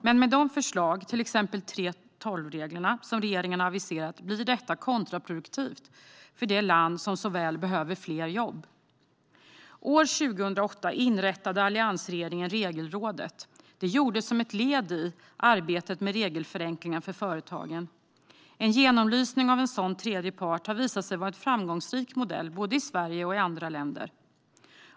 Men de förslag som regeringen har aviserat, till exempel 3:12-reglerna, blir kontraproduktiva för ett land som så väl behöver fler jobb. År 2008 inrättade alliansregeringen Regelrådet. Det gjordes som ett led i arbetet med regelförenklingar för företagen. En genomlysning av en sådan tredje part har visat sig vara en framgångsrik modell i både Sverige och andra länder.